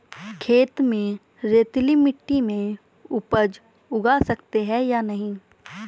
खेत में रेतीली मिटी में उपज उगा सकते हैं या नहीं?